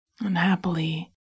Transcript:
Unhappily